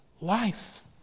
life